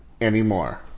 anymore